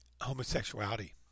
homosexuality